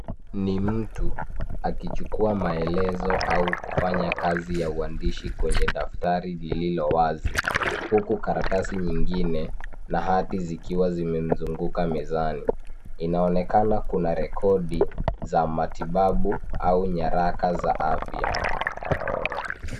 Ni mtu akichukua maelezo au kufanya kazi ya uandishi kwenye daftari lililo wazi huku karatasi nyingine na hati zikiwa zinemzunguka mezani. Inaonekana kuna rekodi za matibabu au nyaraka za afya.